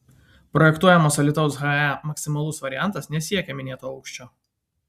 projektuojamos alytaus he maksimalus variantas nesiekia minėto aukščio